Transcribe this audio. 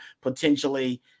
potentially